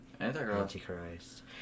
antichrist